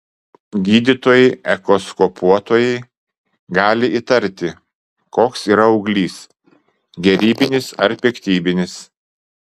gydytojai echoskopuotojai gali įtarti koks yra auglys gerybinis ar piktybinis